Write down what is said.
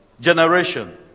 generation